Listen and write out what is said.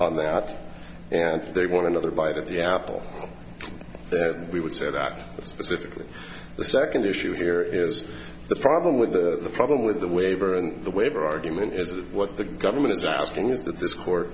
on that and they want another bite at the apple that we would say that specifically the second issue here is the problem with the problem with the waiver and the waiver argument is that what the government is asking is that this court